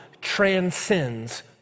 transcends